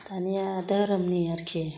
दानिया धोरोमनि आरोखि